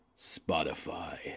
Spotify